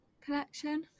collection